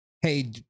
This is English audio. hey